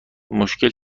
مشکل